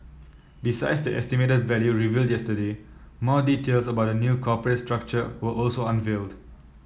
besides the estimated value revealed yesterday more details about the new corporate structure were also unveiled